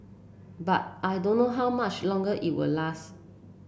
but I don't know how much longer it will last